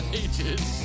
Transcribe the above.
ages